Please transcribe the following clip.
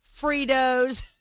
Fritos—